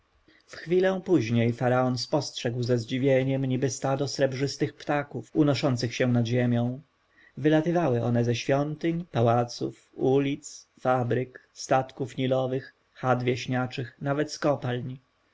w chwilę później faraon spostrzegł ze zdziwieniem niby stado srebrzystych ptaków unoszących się nad ziemią wylatywały one ze świątyń pałaców ulic fabryk statków nilowych chat wieśniaczych nawet z kopalń